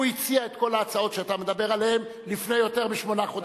הוא הציע את כל ההצעות שאתה מדבר עליהן לפני יותר משמונה חודשים.